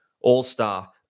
all-star